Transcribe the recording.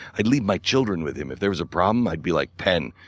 i'd leave my children with him. if there was a problem, i'd be like, penn,